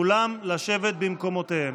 כולם לשבת במקומותיהם.